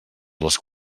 les